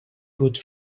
good